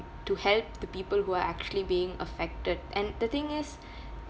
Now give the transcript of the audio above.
to help the people who are actually being affected and the thing is